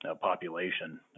population